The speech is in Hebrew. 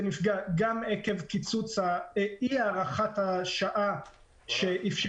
זה נפגע גם עקב אי הארכת הוראת השעה שאפשרה